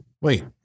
wait